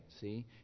see